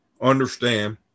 understand